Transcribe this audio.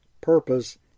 purpose